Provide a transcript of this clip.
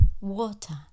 water